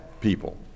people